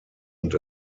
und